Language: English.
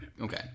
Okay